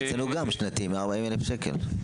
גם אצלנו גם שנתי 140 אלף שקל.